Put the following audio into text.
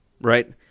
right